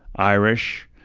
irish,